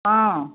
অঁ